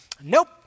nope